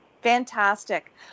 Fantastic